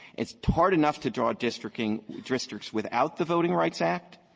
it's hard enough to draw districting districts without the voting rights act,